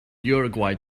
uruguay